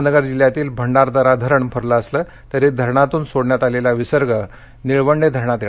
अहमदनगर जिल्ह्यातील भंडारदरा धरण भरले असलं तरी धरणातून सोडण्यात आलेला विसर्ग निळवंडे धरणात येणार आहे